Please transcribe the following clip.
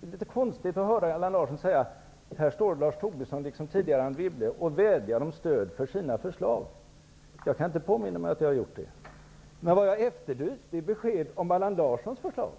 litet konstigt att höra Allan Larsson säga: ''Här står Lars Tobisson, liksom tidigare Anne Wibble, och vädjar om stöd för sina förslag.'' Jag kan inte påminna mig att jag har gjort det. Jag har efterlyst besked om Allan Larssons förslag.